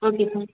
okay sir